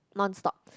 non stop